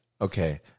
Okay